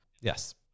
Yes